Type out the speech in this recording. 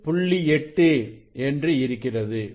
8 என்று இருக்கிறது